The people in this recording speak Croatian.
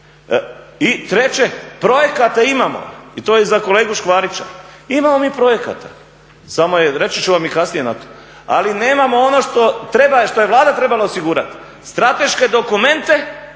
I treće, projekata imamo, i to je za kolegu Škvarića. Imamo mi projekata, samo je, reći ću vam i kasnije na to, ali nemamo ono što treba, što je Vlada trebala osigurati. Strateške dokumente,